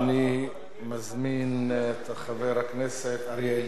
אני מזמין את חבר הכנסת אריה אלדד.